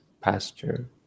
pasture